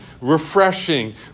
refreshing